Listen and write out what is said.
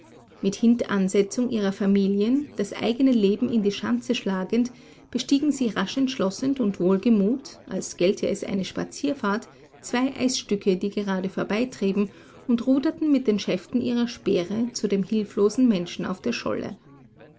mit hintansetzung ihrer familien das eigene leben in die schanze schlagend bestiegen sie rasch entschlossen und wohlgemut als gelte es eine spazierfahrt zwei eisstücke die gerade vorbeitrieben und ruderten mit den schäften ihrer speere zu dem hilflosen menschen auf der scholle